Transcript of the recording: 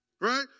Right